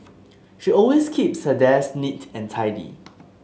she always keeps her desk neat and tidy